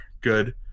good